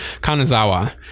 Kanazawa